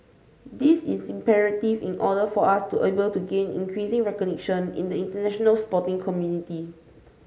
this is imperative in order for us to be able to gain increasing recognition in the international sporting community